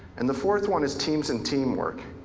and the fourth one is teams and teamwork.